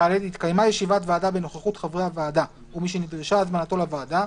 (ד)התקיימה ישיבת ועדה בנוכחות חברי הוועדה ומי שנדרשה הזמנתו לוועדה,